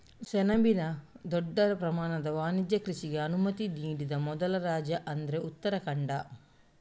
ಸೆಣಬಿನ ದೊಡ್ಡ ಪ್ರಮಾಣದ ವಾಣಿಜ್ಯ ಕೃಷಿಗೆ ಅನುಮತಿ ನೀಡಿದ ಮೊದಲ ರಾಜ್ಯ ಅಂದ್ರೆ ಉತ್ತರಾಖಂಡ